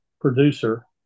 producer